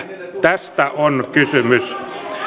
tästä on kysymys